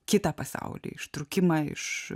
kitą pasaulį ištrūkimą iš